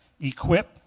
equip